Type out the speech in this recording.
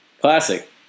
Classic